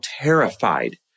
terrified